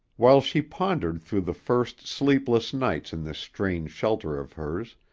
while she pondered through the first sleepless nights in this strange shelter of hers,